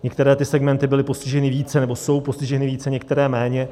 Některé segmenty byly postiženy více, nebo jsou postiženy více, některé méně.